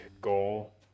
goal